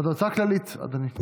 אבל זאת הערה כללית, אדוני.